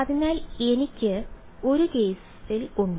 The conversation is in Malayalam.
അതിനാൽ എനിക്ക് ഒരു കേസിൽ ഉണ്ട്